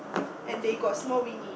and they got small weenie